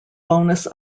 bonus